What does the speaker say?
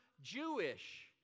Jewish